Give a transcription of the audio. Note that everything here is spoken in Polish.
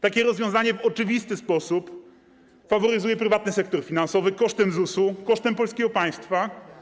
Takie rozwiązanie w oczywisty sposób faworyzuje prywatny sektor finansowy kosztem ZUS-u, kosztem polskiego państwa.